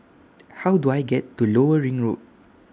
How Do I get to Lower Ring Road